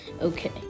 okay